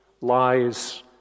lies